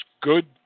good